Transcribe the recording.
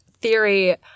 theory